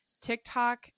TikTok